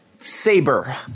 Saber